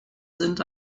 sind